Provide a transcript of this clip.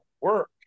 work